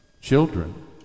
Children